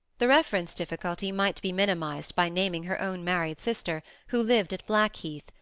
the reference difficulty might be minimised by naming her own married sister, who lived at blackheath,